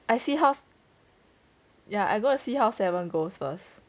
I see how is ya I gona see how seven goes first